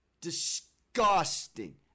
Disgusting